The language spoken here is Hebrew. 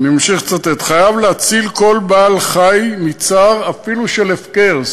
חייב להציל כל בעל-חי מצער, אפילו של הפקר".